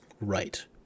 right